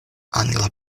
angla